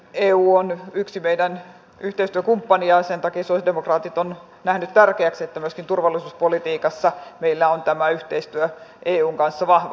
eu on yksi meidän yhteistyökumppanimme ja sen takia sosialidemokraatit ovat nähneet tärkeäksi että myöskin turvallisuuspolitiikassa meillä on tämä yhteistyö eun kanssa vahva